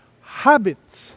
Habits